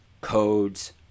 codes